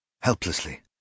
Helplessly